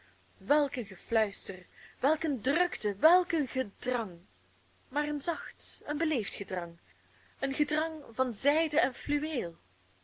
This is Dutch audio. gefluister welk eene drukte welk een gedrang maar een zacht een beleefd gedrang een gedrang van zijde en fluweel